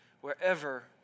wherever